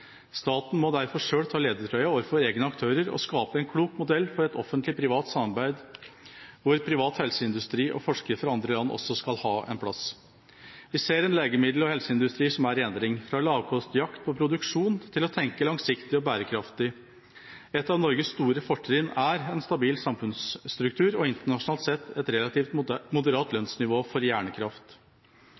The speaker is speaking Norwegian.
Staten må derfor selv ta ledertrøya overfor egne aktører og skape en klok modell for et offentlig–privat samarbeid hvor privat helseindustri og forskere fra andre land også skal ha en plass. Vi ser en legemiddel- og helseindustri som er i endring – fra lavkostjakt på produksjon til å tenke langsiktig og bærekraftig. Et av Norges store fortrinn er en stabil samfunnsstruktur og internasjonalt sett et relativt moderat lønnsnivå for hjernekraft.